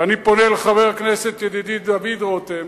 ואני פונה אל חבר הכנסת ידידי דוד רותם,